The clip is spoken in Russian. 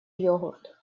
йогурт